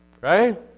Right